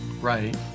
Right